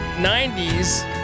90s